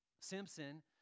Simpson